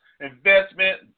investment